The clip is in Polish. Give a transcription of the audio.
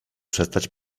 przestać